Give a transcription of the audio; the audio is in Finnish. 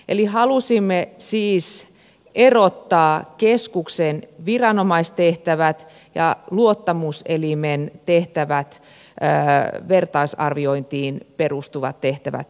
eli halusimme siis erottaa keskuksen viranomaistehtävät ja luottamuselimen tehtävät vertaisarviointiin perustuvat tehtävät toisistaan